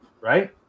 right